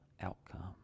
outcome